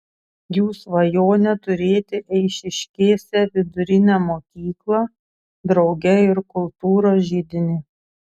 jų svajonė turėti eišiškėse vidurinę mokyklą drauge ir kultūros židinį